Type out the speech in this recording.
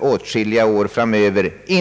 åtskilliga år framöver innan den blir klar.